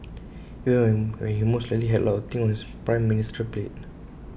even when he most likely had A lot of things on his prime ministerial plate